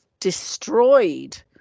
Destroyed